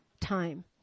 time